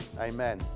amen